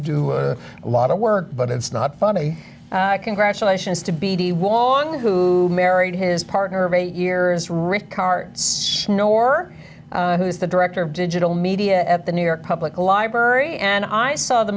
do a lot of work but it's not funny congratulations to be the one who married his partner of eight years rick karr nor who's the director of digital media at the new york public library and i saw the